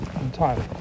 entirely